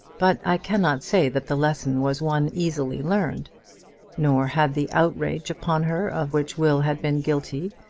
but i cannot say that the lesson was one easily learned nor had the outrage upon her of which will had been guilty,